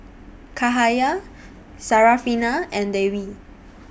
Cahaya Syarafina and Dewi